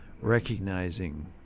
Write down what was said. recognizing